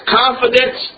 confidence